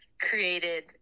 created